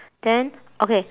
then okay